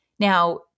Now